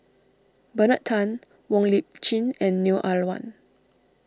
Bernard Tan Wong Lip Chin and Neo Ah Luan